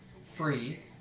free